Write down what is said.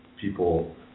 people